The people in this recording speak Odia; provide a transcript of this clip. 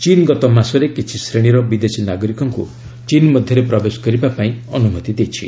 ଚୀନ୍ ଗତ ମାସରେ କିଛି ଶ୍ରେଣୀର ବିଦେଶୀ ନାଗରିକଙ୍କୁ ଚୀନ୍ ମଧ୍ୟରେ ପ୍ରବେଶ କରିବା ପାଇଁ ଅନୁମତି ଦେଇଛି